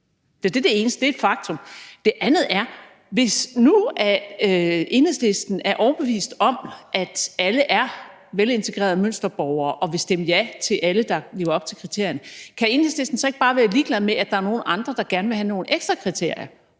Det er det ene, og det er et faktum. Det andet er: Hvis nu Enhedslisten er overbevist om, at alle er velintegrerede mønsterborgere, og vil stemme ja til alle, der lever op til kriterierne, kan Enhedslisten så ikke bare være ligeglad med, at der er nogle andre, der gerne vil have nogle ekstra kriterier,